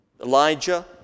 Elijah